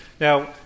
Now